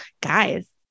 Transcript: guys